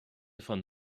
von